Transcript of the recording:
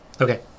Okay